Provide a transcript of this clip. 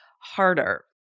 harder